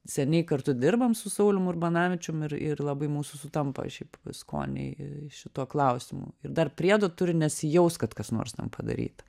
seniai kartu dirbam su saulium urbanavičium ir ir labai mūsų sutampa šiaip skoniai šituo klausimu ir dar priedo turi nesijaust kad kas nors ten padaryta